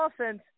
offense